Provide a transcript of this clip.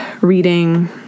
reading